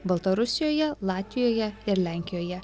baltarusijoje latvijoje ir lenkijoje